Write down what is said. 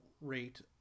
rate